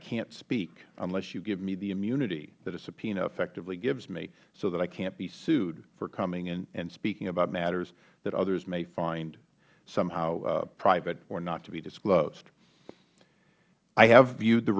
can't speak unless you give me the immunity that a subpoena effectively gives me so that i can't be sued for coming and speaking about matters that others may find somehow private or not to be disclosed i have viewed the